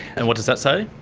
and what does that say?